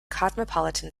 cosmopolitan